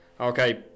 Okay